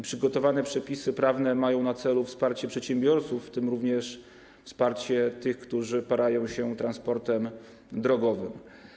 Przygotowane przepisy prawne mają na celu wsparcie przedsiębiorców, w tym również tych, którzy parają się transportem drogowym.